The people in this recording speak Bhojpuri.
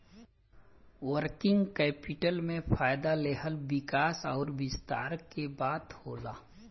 वर्किंग कैपिटल में फ़ायदा लेहल विकास अउर विस्तार के बात होला